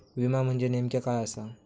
विमा म्हणजे नेमक्या काय आसा?